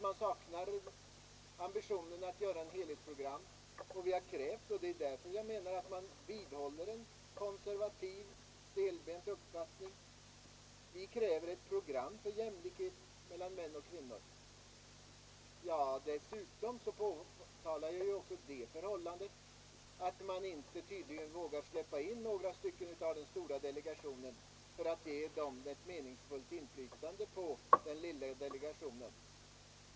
Man saknar ambitionen att göra det helhetsprogram som vi har krävt, och det är därför jag menar att man vidhåller en konservativ, stelbent uppfattning. Vi kräver ett program för jämlikhet mellan män och kvinnor. Dessutom påtalade jag det förhållandet att man tydligen inte vågar släppa in några från den stora delegationen för att ge dem ett meningsfullt inflytande i den lilla delegationen.